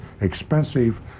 expensive